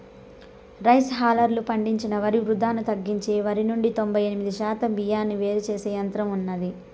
rice హల్లర్లు పండించిన వరి వృధాను తగ్గించి వరి నుండి తొంబై ఎనిమిది శాతం బియ్యాన్ని వేరు చేసే యంత్రం ఉన్నాది